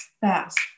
fast